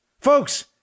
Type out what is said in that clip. Folks